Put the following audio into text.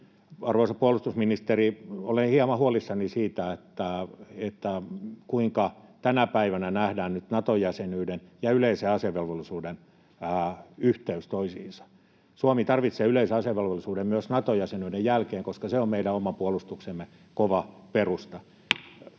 Arvoisa puolustusministeri, olen hieman huolissani siitä, kuinka tänä päivänä nähdään nyt Nato-jäsenyyden ja yleisen asevelvollisuuden yhteys toisiinsa. Suomi tarvitsee yleisen asevelvollisuuden myös Nato-jäsenyyden jälkeen, koska se on meidän oman puolustuksemme kova perusta.